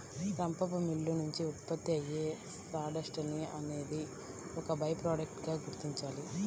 రంపపు మిల్లు నుంచి ఉత్పత్తి అయ్యే సాడస్ట్ ని అనేది ఒక బై ప్రొడక్ట్ గా గుర్తించాలి